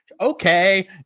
Okay